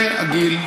זה הגיל,